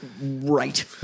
right